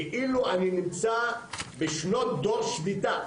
כאילו אני נמצא בשנות דור שמיטה.